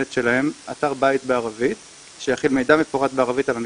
שלהם אתר בית בערבית שיכיל מידע מפורט בערבית על המשרד,